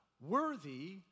worthy